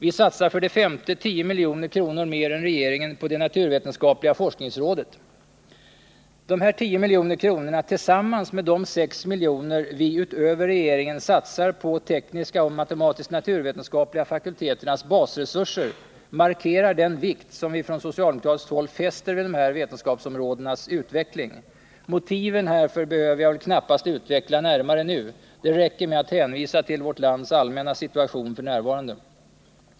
Vi satsar för det femte 10 milj.kr. mer än regeringen på det naturvetenskapliga forskningsrådet. Dessa 10 milj.kr. — tillsammans med de 6 milj.kr. vi utöver regeringen satsar på de tekniska och matematisk-naturvetenskap liga fakulteternas basresurser — markerar den vikt som vi från socialdemokratiskt håll fäster vid de här vetenskapsområdenas utveckling. Motiven härför behöver jag knappast utveckla närmare nu. Det räcker med att hänvisa till vårt lands allmänna situation f. n.